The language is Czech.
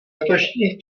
letošních